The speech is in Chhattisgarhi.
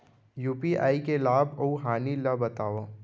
यू.पी.आई के लाभ अऊ हानि ला बतावव